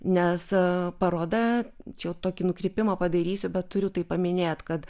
nes paroda čia tokį nukrypimą padarysiu bet turiu tai paminėt kad